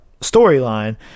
storyline